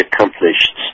accomplished